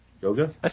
Yoga